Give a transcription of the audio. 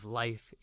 life